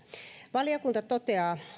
valiokunta toteaa